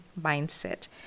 mindset